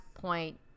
point